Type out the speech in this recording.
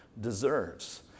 deserves